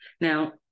Now